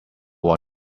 what